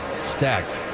stacked